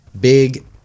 big